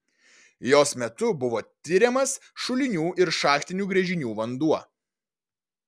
jos metu buvo tiriamas šulinių ir šachtinių gręžinių vanduo